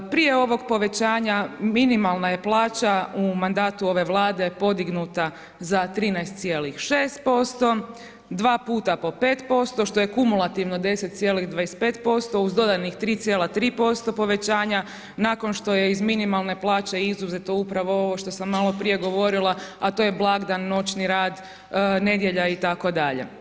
Prije ovog povećanja minimalna je plaća u mandatu ove Vlade podignuta za 13,6%, dva puta po 5% što je kumulativno 10,25% uz dodanih 3,3% povećanja nakon što je iz minimalne plaće izuzeto upravo ovo što sam malo prije govorila, a to je blagdan, noćni rad, nedjelja itd.